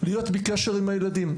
להיות בקשר עם הילדים.